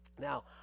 Now